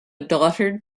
daughter